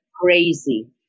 crazy